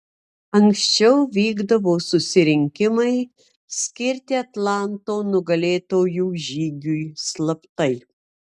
anksčiau vykdavo susirinkimai skirti atlanto nugalėtojų žygiui slaptai